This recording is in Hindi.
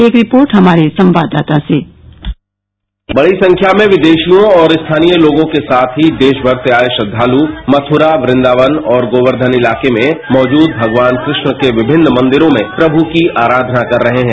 एक रिपोर्ट हमारे संवाददाता से बड़ी संख्या में विदेशियों और स्थानीय लोगों के साथ ही देश भर से आए श्रद्वालु मथुरा वृंदावन और गोवर्धन इलाके में मौजूद भगवान कृष्ण के विभिन्न मंदिरों में प्रभू की आराधना कर रहे हैं